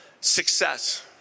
success